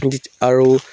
আৰু